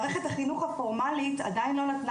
מערכת החינוך הפורמלית עדיין לא נתנה